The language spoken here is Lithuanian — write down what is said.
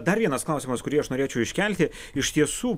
dar vienas klausimas kurį aš norėčiau iškelti iš tiesų